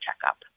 checkup